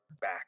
back